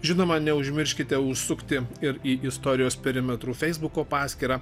žinoma neužmirškite užsukti ir į istorijos perimetru feisbuko paskyrą